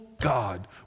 God